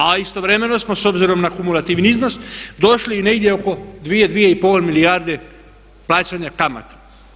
A istovremeno smo s obzirom na kumulativni iznos došli i negdje oko 2, 2,5 milijarde plaćanja kamata.